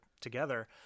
together